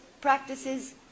practices